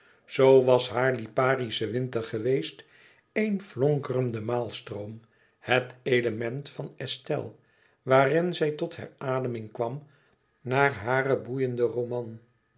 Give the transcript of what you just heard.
zoo was haar liparische winter geweest éen flonkerende maalstroom het element van estelle waarin zij tot herademing kwam na haren boeienden roman